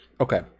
Okay